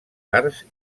arts